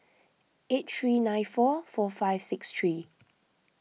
eight three nine four four five six three